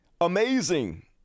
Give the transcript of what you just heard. amazing